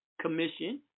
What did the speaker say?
commission